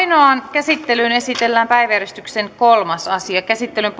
käsittelyyn esitellään päiväjärjestyksen kolmas asia käsittelyn